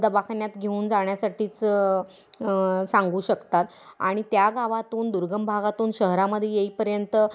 दवाखान्यात घेऊन जाण्यासाठीच सांगू शकतात आणि त्या गावातून दुर्गम भागातून शहरामध्ये येईपर्यंत